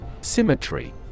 Symmetry